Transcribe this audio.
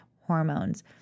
hormones